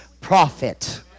prophet